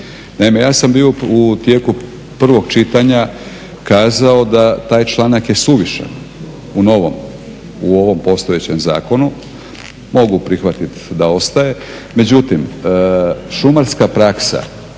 ja sam bio u tijeku prvog čitanja kazao da taj članak je suvišan u novom, u ovom postojećem zakonu. Mogu prihvatiti da ostaje, međutim šumarska praksa